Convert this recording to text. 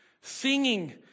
singing